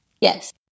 Yes